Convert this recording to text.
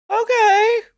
Okay